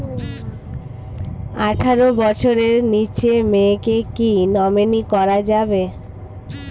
আঠারো বছরের নিচে মেয়েকে কী নমিনি করা যাবে?